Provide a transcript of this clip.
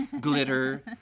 glitter